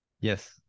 Yes